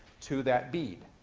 to that bead.